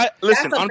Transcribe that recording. Listen